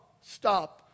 Stop